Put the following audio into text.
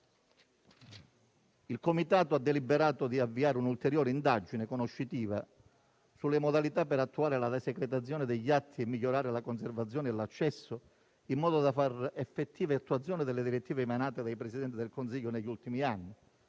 Il Comitato ha deliberato di avviare un'ulteriore indagine conoscitiva sulle modalità per attuare la desecretazione degli atti e migliorarne la conservazione e l'accesso, in modo da dare effettiva attuazione alle direttive emanate dai Presidenti del Consiglio negli ultimi anni: